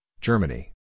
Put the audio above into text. Germany